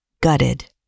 gutted